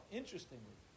interestingly